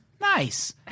nice